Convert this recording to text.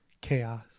chaos